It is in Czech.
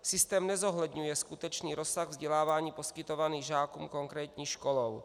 Systém nezohledňuje skutečný rozsah vzdělávání poskytovaného žákům konkrétní školou.